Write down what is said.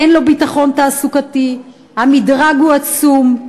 אין לו ביטחון תעסוקתי, המדרג הוא עצום.